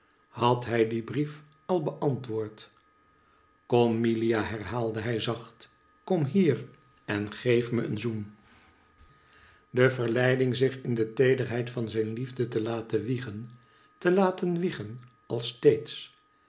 had hij dien brief al beantwoord kom milia herhaalde hij zacht kom hier en geef me een zoen de vcrleiding zich in dc tcedcrheid van zijn licfdc tc laten wicgen te laten wiegen als steeds